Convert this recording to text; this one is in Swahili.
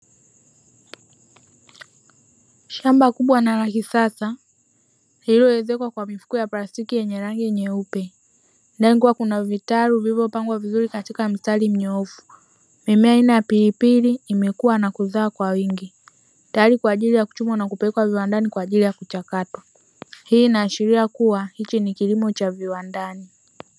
Shamba kubwa na la kisasa lililoezekwa kwa mfuko wa plastiki yenye rangi nyeupe. Ndani kuna vitaru vilivyopangwa vizuri katika mistari minyoofu. Mimea aina ya pilipili imekuwa na kuzaa kwa wingi, tayari kwa ajili ya kuchumwa na kupelekwa viwandani kwa ajili ya kuchakatwa. Hii inaashiria kuwa hichi ni kilimo cha viwandani.